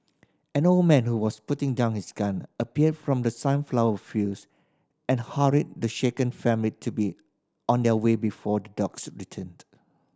an old man who was putting down his gun appeared from the sunflower fields and hurried the shaken family to be on their way before the dogs returned